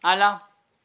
אין בעיה.